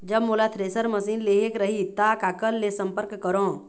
जब मोला thresher machine लेहेक रही ता काकर ले संपर्क करों?